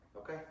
Okay